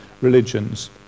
religions